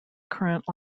current